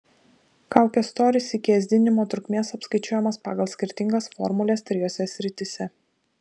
kaukės storis iki ėsdinimo trukmės apskaičiuojamas pagal skirtingas formules trijose srityse